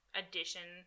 addition